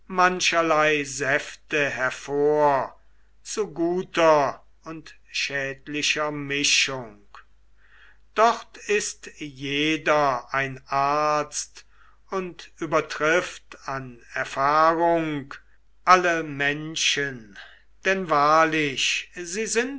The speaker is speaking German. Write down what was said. säfte hervor zu guter und schädlicher mischung dort ist jeder ein arzt und übertrifft an erfahrung alle menschen denn wahrlich sie sind